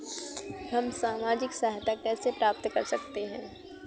हम सामाजिक सहायता कैसे प्राप्त कर सकते हैं?